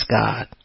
God